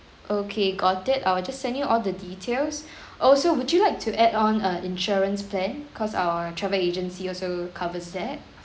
okay got it I will just send you all the details also would you like to add on uh insurance plan cause our travel agency also covers that